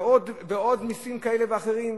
ועוד מסים כאלה ואחרים.